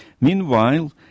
Meanwhile